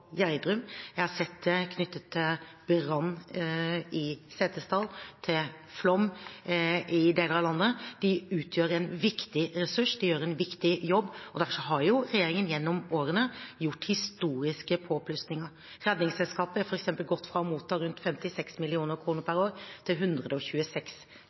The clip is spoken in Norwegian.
jeg har sett det knyttet til brann i Setesdal og til flom i deler av landet. De utgjør en viktig ressurs, de gjør en viktig jobb, og derfor har regjeringen gjennom årene gjort historiske påplussinger. Redningsselskapet har f.eks. gått fra å motta rundt 56